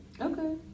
Okay